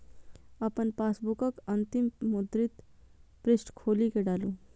अपन पासबुकक अंतिम मुद्रित पृष्ठ खोलि कें डालू